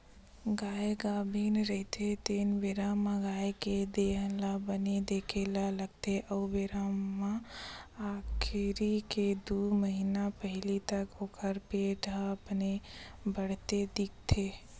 गाय गाभिन रहिथे तेन बेरा म गाय के देहे ल बने देखे ल लागथे ओ बेरा म आखिरी के दू महिना पहिली तक ओखर पेट ह बने बाड़हे दिखथे